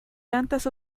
tantas